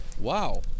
Wow